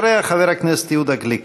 אחריה, חבר הכנסת יהודה גליק.